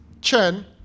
Chen